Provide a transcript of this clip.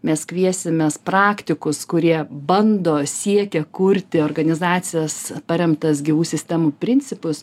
mes kviesimės praktikus kurie bando siekia kurti organizacijas paremtas gyvų sistemų principus